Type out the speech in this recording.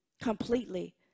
completely